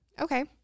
Okay